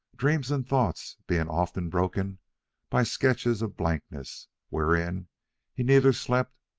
dreams and thoughts being often broken by sketches of blankness, wherein he neither slept,